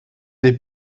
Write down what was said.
des